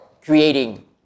creating